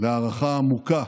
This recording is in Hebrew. להערכה עמוקה